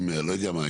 אני לא יודע מה,